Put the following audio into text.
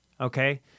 Okay